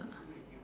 ah